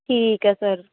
ਠੀਕ ਹੈ ਸਰ